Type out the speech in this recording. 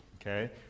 okay